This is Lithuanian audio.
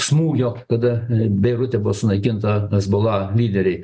smūgio kada beirute buvo sunaikinta hezbollah lyderiai